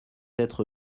être